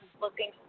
looking